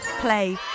play